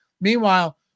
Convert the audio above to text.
Meanwhile